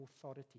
authority